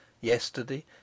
Yesterday